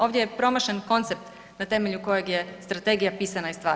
Ovdje je promašen koncept na temelju kojeg je strategija pisana i